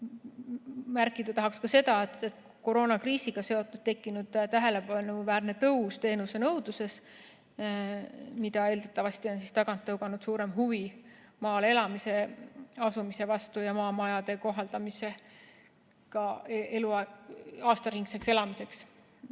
Märkida tahaks ka seda, et koroonakriisiga seotult on tekkinud tähelepanuväärne tõus teenuse nõudluses, mida eeldatavasti on tagant tõuganud suurem huvi maale elama asumise vastu ja ka maamajade aastaringseks elamiseks